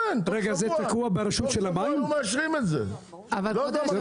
כן, תוך שבוע היו מאשרים את זה, לא יודע מה קרה?